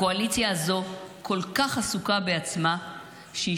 הקואליציה הזו כל כך עסוקה בעצמה שהיא